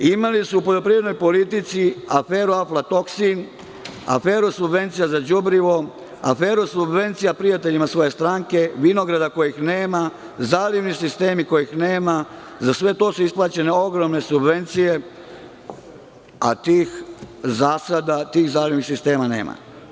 Imali su u poljoprivrednoj politici, aferu aflatoksin, aferu subvencija za đubrivo, aferu subvencija prijateljima svoje stranke, vinograda kojih nema, zalivni sistem kojih nema, za sve to su isplaćene ogromne subvnecije, a tih zasada, tih zalivnih sistema nema.